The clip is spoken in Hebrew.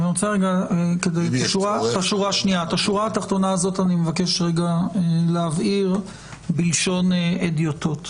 את השורה התחתונה הזאת אני מבקש רגע להבהיר בלשון הדיוטות.